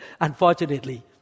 unfortunately